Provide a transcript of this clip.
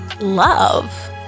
love